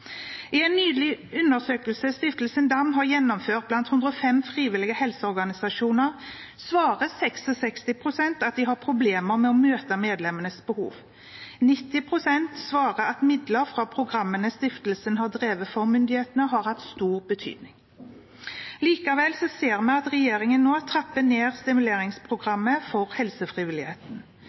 I en undersøkelse Stiftelsen Dam nylig har gjennomført blant 105 frivillige helseorganisasjoner, svarer 66 pst. at de har problemer med å møte medlemmenes behov. 90 pst. svarer at midler fra programmene stiftelsen har drevet for myndighetene, har hatt stor betydning. Likevel ser vi at regjeringen nå trapper ned stimuleringsprogrammet for helsefrivilligheten.